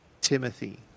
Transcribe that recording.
Timothy